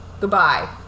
Goodbye